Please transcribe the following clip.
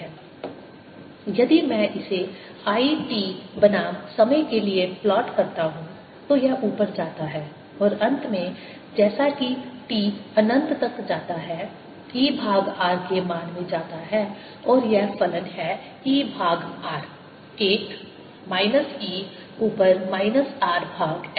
It00 ∴C R ItR यदि मैं इसे I t बनाम समय के लिए प्लॉट करता हूं तो यह ऊपर जाता है और अंत में जैसा कि t अनंत तक जाता है E भाग R के मान में जाता है और यह फलन है E भाग R 1 माइनस e ऊपर माइनस R भाग L